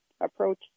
approach